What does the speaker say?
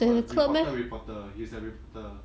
reporter reporter he's a reporter